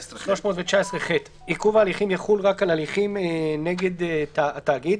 שלישי 319ח. עיכוב ההליכים יחול רק על הליכים נגד התאגיד,